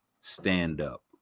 stand-up